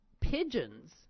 pigeons